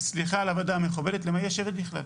סליחה על הוועדה המכובדת, למה היא יושבת בכלל?